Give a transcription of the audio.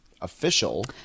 official